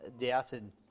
doubted